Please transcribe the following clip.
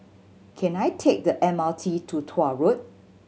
can I take the M R T to Tuah Road